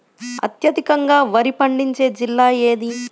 అత్యధికంగా వరి పండించే జిల్లా ఏది?